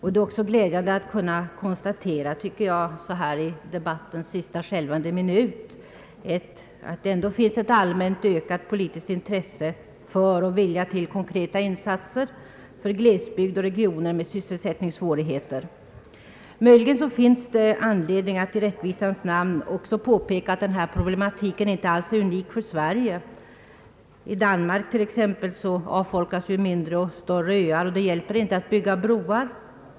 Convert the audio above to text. Det är också glädjande att i debattens sista skälvande minut kunna konstatera att det ändå finns allmänt, ökat politiskt intresse och vilja till konkreta insatser för glesbygd och regioner med sysselsättningssvårigheter. Möjligen finns det anledning att i rättvisans namn påpeka att denna problematik inte är unik för Sverige. I Danmark t.ex. avfolkas mindre och större öar, och det hjälper inte att bygga broar.